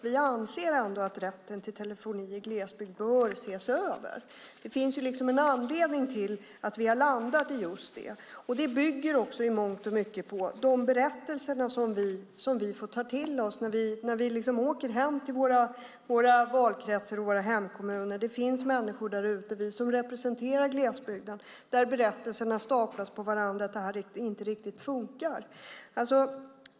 Vi anser att rätten till telefoni i glesbygd bör ses över. Det finns en anledning till att vi har landat i just det. Det bygger i mångt och mycket på de berättelser som vi fått höra när vi åker hem till våra valkretsar och våra hemkommuner. Det finns människor där ute. Vi som representerar glesbygden har hört berättelserna staplas på varandra om att det här inte riktigt fungerar.